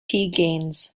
gaines